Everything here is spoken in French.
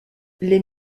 les